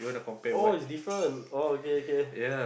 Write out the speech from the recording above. oh is different oh okay okay